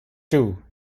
two